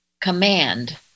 command